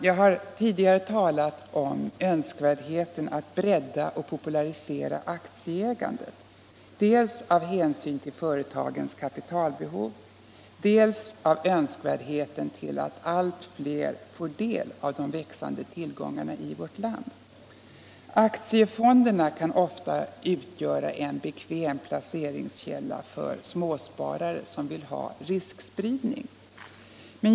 Jag har tidigare talat om önskvärdheten av att bredda och popularisera aktieägandet av hänsyn till dels företagens kapitalbehov, dels önskvärdheten av att allt fler får del av de växande tillgångarna i vårt land. Aktiefonderna kan ofta utgöra en bekväm placeringskälla för småsparare som vill ha riskspridning.